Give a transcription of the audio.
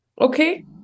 Okay